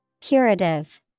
Curative